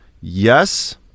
Yes